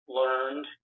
learned